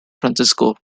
francisco